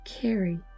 Carry